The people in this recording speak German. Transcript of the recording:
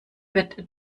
wird